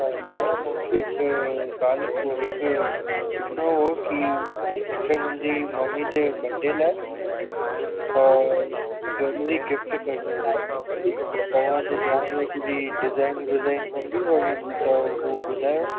हा दादा मूंखे हिकु दालिप हिकु पुछिणो हो की मूंखे मुंहिंजी मम्मी जे बडे लाइ ज्वेलरी गिफ़्ट करिणी हुई त तव्हांजे ध्यानु में कहिड़ी डिजाइन ॿिजाइन हुंदी वरी त हू ॿुधयो